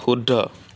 শুদ্ধ